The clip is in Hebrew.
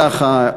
ככה,